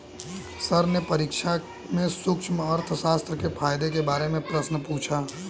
sir ने परीक्षा में सूक्ष्म अर्थशास्त्र के फायदों के बारे में प्रश्न पूछा